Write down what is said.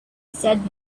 said